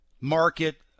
market